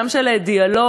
גם של דיאלוג,